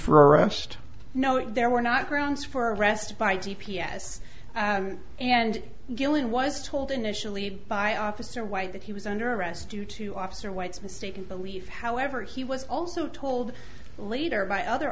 for arrest no there were not grounds for arrest by d p s and guillen was told initially by officer white that he was under arrest due to officer white's mistaken belief however he was also told later by other